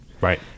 Right